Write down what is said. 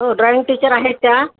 हो drawing teacher आहेत त्या